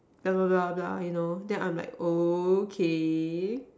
blah blah blah blah then I'm like okay